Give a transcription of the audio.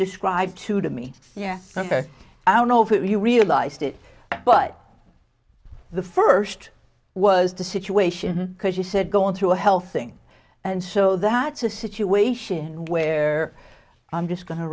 described to to me yes i don't know if you realized it but the first was the situation because you said going through a health thing and so that's a situation where i'm just go